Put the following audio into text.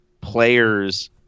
players